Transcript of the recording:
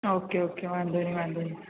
okay okay વાંધો નહીં વાંધો નહીં